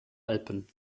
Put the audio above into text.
alpen